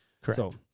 Correct